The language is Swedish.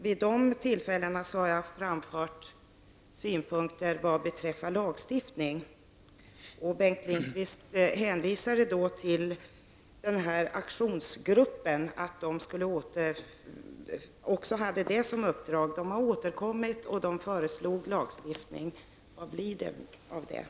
Vid dessa tillfällen har jag framfört synpunkter vad beträffar lagstiftningen. Bengt Lindqvist hänvisade då till aktionsgruppen och att denna också hade detta som uppdrag. Gruppen har återkommit och den föreslog lagstiftning. Vad blir det av detta?